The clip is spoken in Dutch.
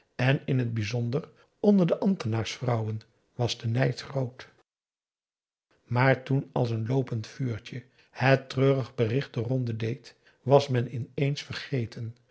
en in het bijzonder onder de ambtenaars vrouwen was de nijd groot maar toen als een loopend vuurtje het treurig bericht de ronde deed was men ineens vergeten